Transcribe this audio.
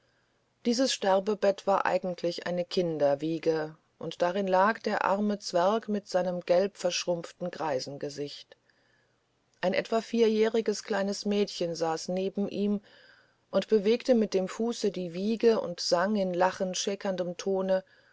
dieses sterbebett war eigentlich eine kinderwiege und darin lag der arme zwerg mit seinem gelb verschrumpften greisengesicht ein etwa vierjähriges kleines mädchen saß neben ihm und bewegte mit dem fuße die wiege und sang in lachend schäkerndem tone